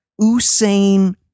Usain